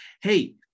Hey